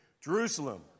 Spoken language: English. Jerusalem